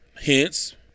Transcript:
Hence